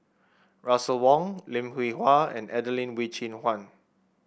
Russel Wong Lim Hwee Hua and Adelene Wee Chin Suan